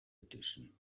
edition